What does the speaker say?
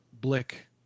blick